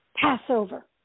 Passover